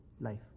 life